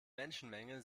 menschenmenge